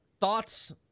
thoughts